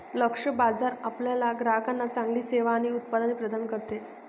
लक्ष्य बाजार आपल्या ग्राहकांना चांगली सेवा आणि उत्पादने प्रदान करते